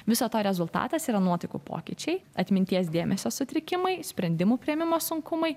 viso to rezultatas yra nuotaikų pokyčiai atminties dėmesio sutrikimai sprendimų priėmimo sunkumai